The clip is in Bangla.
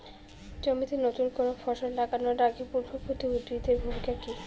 জমিতে নুতন কোনো ফসল লাগানোর আগে পূর্ববর্তী উদ্ভিদ এর ভূমিকা কি?